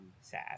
sad